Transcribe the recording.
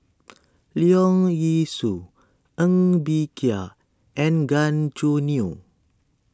Leong Yee Soo Ng Bee Kia and Gan Choo Neo